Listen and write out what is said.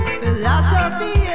philosophy